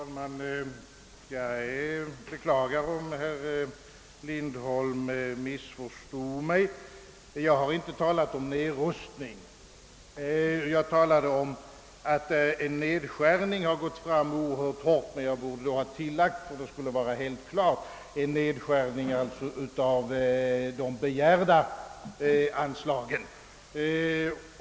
Herr talman! Jag beklagar, om herr Lindholm missförstod mig. Jag har inte talat om nedrustning. Jag talade om en oerhört hård nedskärning, men jag borde ha tillagt, att jag avsåg en nedskärning av de begärda anslagen.